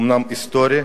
אומנם היסטורי,